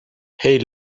hey